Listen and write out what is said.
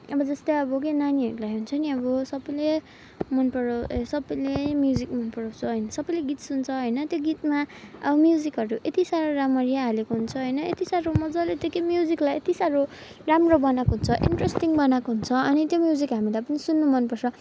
अब जस्तै अब के हो नानीहरूलाई हुन्छ नि अब सबैले मनपराउँ ए सबैले म्युजिक मनपराउँछ होइन सबैले गीत सुन्छ होइन त्यो गीतमा अब म्युजिकहरू यति साह्रो राम्ररी हालेको हुन्छ होइन यति साह्रो मजाले त्यो के म्युजिकलाई यति साह्रो राम्रो बनाएको हुन्छ इन्ट्रेस्टिङ बनाएको हुन्छ अनि त्यो म्युजिक हामीलाई पनि सुन्नु मनपर्छ